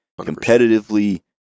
competitively